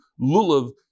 lulav